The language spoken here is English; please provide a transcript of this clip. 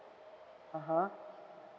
(uh huh)